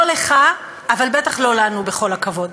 לא לך, אבל בטח לא לנו, בכל הכבוד.